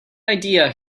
idea